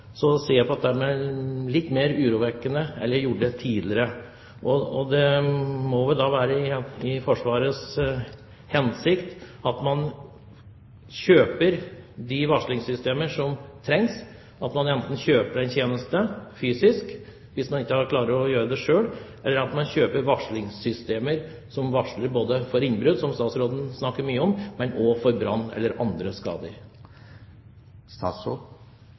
litt mer urovekkende ut enn det gjorde tidligere. Det må vel være Forsvarets hensikt å kjøpe de varslingssystemer som trengs, enten man kjøper en tjeneste fysisk hvis man ikke klarer å gjøre dette selv, eller man kjøper varslingssystemer som varsler både om innbrudd, som statsråden snakker mye om, og om brann eller andre skader.